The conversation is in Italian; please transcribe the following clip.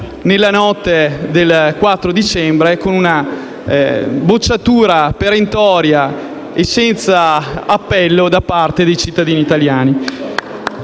nella notte del 4 dicembre con una bocciatura perentoria e senza appello da parte dei cittadini italiani.